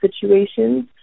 situations